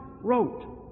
wrote